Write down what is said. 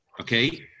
okay